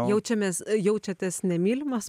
jaučiamės jaučiatės nemylimas